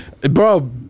bro